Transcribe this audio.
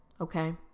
okay